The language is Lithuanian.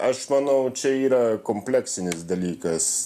aš manau čia yra kompleksinis dalykas